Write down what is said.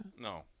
No